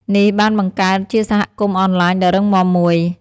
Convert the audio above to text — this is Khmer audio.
នេះបានបង្កើតជាសហគមន៍អនឡាញដ៏រឹងមាំមួយ។